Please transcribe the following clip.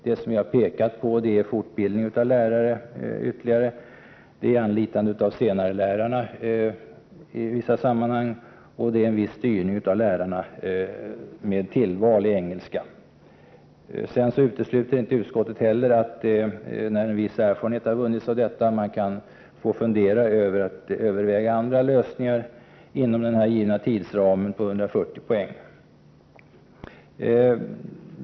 Det som vi har pekat på är ytterligare fortbildning av lärare, anlitande av senarelärarna i vissa sammanhang och en viss styrning av lärarna med tillval i engelska. Utskottet utesluter inte heller att man sedan en viss erfarenhet vunnits kan fundera på att överväga andra lösningar inom den givna tidsramen på 140 poäng.